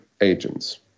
agents